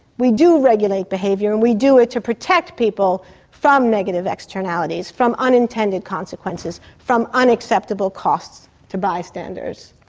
we do regulate behaviour and we do it to protect people from negative externalities, from unintended consequences, from unacceptable costs to bystanders.